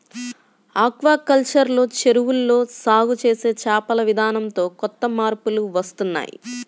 aquaculture లో చెరువుల్లో సాగు చేసే చేపల విధానంతో కొత్త మార్పులు వస్తున్నాయ్